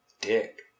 dick